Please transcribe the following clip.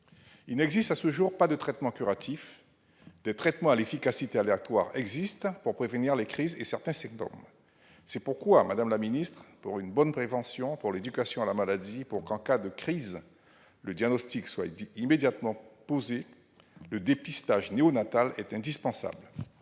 Il n'existe à ce jour pas de traitement curatif. Des traitements à l'efficacité aléatoire existent pour prévenir les crises et certains symptômes. C'est pourquoi, madame la ministre, pour une bonne prévention, pour l'éducation à la maladie, et pour qu'en cas de crise le diagnostic soit immédiatement posé, le dépistage néonatal est indispensable.